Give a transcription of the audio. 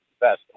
best